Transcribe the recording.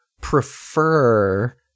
prefer